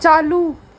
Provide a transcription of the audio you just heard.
चालू